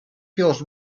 feels